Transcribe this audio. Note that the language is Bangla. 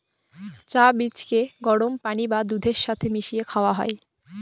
চা বীজকে গরম পানি বা দুধের সাথে মিশিয়ে খাওয়া হয়